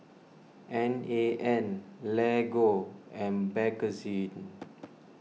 N A N Lego and Bakerzin